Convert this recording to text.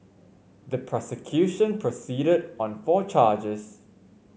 the prosecution proceeded on four charges